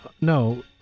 no